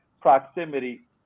proximity